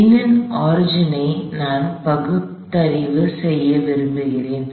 எண்ணின் ஆரிஜின் ஐ நான் பகுத்தறிவு செய்ய விரும்புகிறேன்